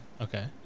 Okay